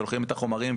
שולחים את החומרים,